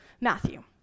Matthew